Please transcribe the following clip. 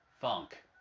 Funk